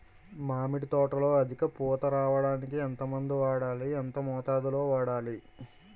మామిడి తోటలో అధిక పూత రావడానికి ఎంత మందు వాడాలి? ఎంత మోతాదు లో వాడాలి?